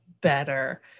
better